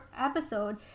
episode